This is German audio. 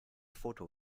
foto